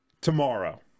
Tomorrow